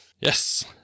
Yes